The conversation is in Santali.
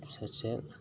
ᱥᱮᱪᱮᱫ